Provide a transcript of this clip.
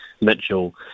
Mitchell